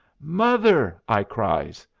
mother! i cries.